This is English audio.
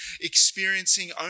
experiencing